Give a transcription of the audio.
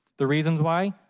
the reasons why?